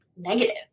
negative